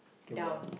down